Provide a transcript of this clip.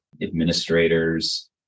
administrators